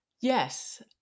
Yes